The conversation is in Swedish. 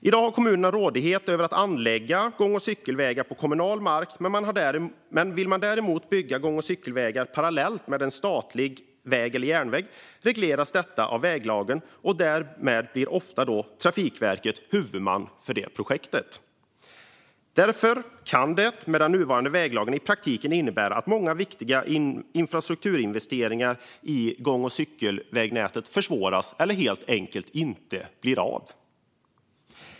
I dag har kommunerna rådighet över att anlägga gång och cykelvägar på kommunal mark, men om man däremot vill bygga gång och cykelvägar parallellt med en statlig väg eller järnväg regleras detta av väglagen, och därmed blir Trafikverket ofta huvudman för projektet. Därför kan det med den nuvarande väglagen i praktiken innebära att många viktiga infrastrukturinvesteringar i gång och cykelvägnätet försvåras eller helt enkelt inte blir av.